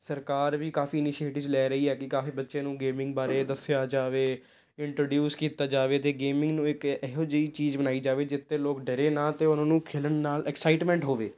ਸਰਕਾਰ ਵੀ ਕਾਫੀ ਇਨੀਸ਼ੀਏਟਿਜ਼ ਲੈ ਰਹੀ ਹੈ ਕਿ ਕਾਫੀ ਬੱਚੇ ਨੂੰ ਗੇਮਿੰਗ ਬਾਰੇ ਦੱਸਿਆ ਜਾਵੇ ਇੰਟਰੋਡਿਊਸ ਕੀਤਾ ਜਾਵੇ ਅਤੇ ਗੇਮਿੰਗ ਨੂੰ ਇੱਕ ਇਹੋ ਜਿਹੀ ਚੀਜ਼ ਬਣਾਈ ਜਾਵੇ ਜਿੱਥੇ ਲੋਕ ਡਰੇ ਨਾ ਅਤੇ ਉਹਨਾਂ ਨੂੰ ਖੇਡਣ ਨਾਲ ਐਕਸਾਈਟਮੈਂਟ ਹੋਵੇ